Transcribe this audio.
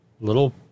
little